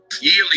yearly